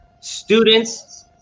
Students